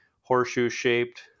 horseshoe-shaped